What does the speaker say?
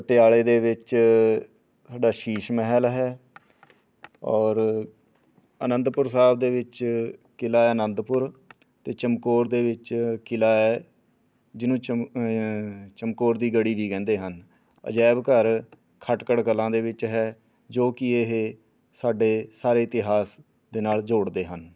ਪਟਿਆਲੇ ਦੇ ਵਿੱਚ ਸਾਡਾ ਸ਼ੀਸ਼ ਮਹਿਲ ਹੈ ਔਰ ਅਨੰਦਪੁਰ ਸਾਹਿਬ ਦੇ ਵਿੱਚ ਕਿਲ੍ਹਾ ਹੈ ਅਨੰਦਪੁਰ ਅਤੇ ਚਮਕੌਰ ਦੇ ਵਿੱਚ ਕਿਲ੍ਹਾ ਹੈ ਜਿਹਨੂੰ ਚਮ ਚਮਕੌਰ ਦੀ ਗੜ੍ਹੀ ਵੀ ਕਹਿੰਦੇ ਹਨ ਅਜਾਇਬ ਘਰ ਖਟਖੜ ਕਲਾਂ ਦੇ ਵਿੱਚ ਹੈ ਜੋ ਕਿ ਇਹ ਸਾਡੇ ਸਾਰੇ ਇਤਿਹਾਸ ਦੇ ਨਾਲ ਜੋੜਦੇ ਹਨ